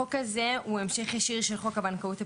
החוק הזה הוא המשך ישיר של חוק הבנקאות הפתוחה,